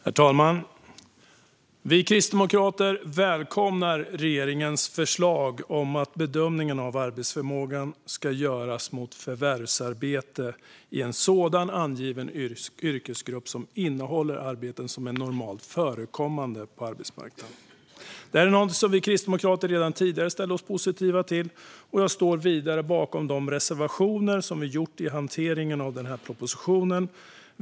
Herr talman! Vi kristdemokrater välkomnar regeringens förslag att bedömningen av arbetsförmågan ska göras mot förvärvsarbete i en sådan angiven yrkesgrupp som innehåller arbeten som är normalt förekommande på arbetsmarknaden. Detta är någonting som vi kristdemokrater redan tidigare ställt oss positiva till. Jag står vidare bakom de reservationer som vi har lämnat i hanteringen av den här propositionen.